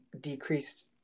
decreased